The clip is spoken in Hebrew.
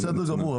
בסדר גמור,